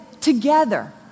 together